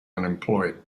unemployed